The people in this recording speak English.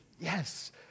yes